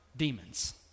demons